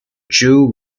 jiu